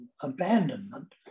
abandonment